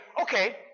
okay